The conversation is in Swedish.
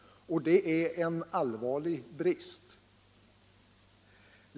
Detta är en allvarlig brist.